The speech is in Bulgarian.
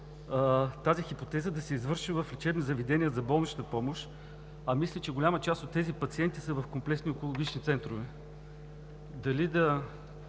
тази хипотеза да се извърши в лечебни заведения за болнична помощ, а мисля, че голяма част от тези пациенти са в комплексни онкологични центрове, дали да